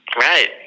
Right